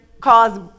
cause